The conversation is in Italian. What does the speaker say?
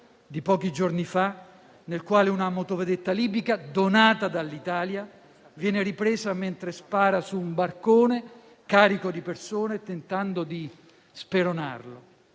di pochi giorni fa, nel quale una motovedetta libica, donata dall'Italia, viene ripresa mentre spara su un barcone carico di persone, tentando di speronarlo.